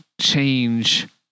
change